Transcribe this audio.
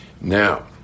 Now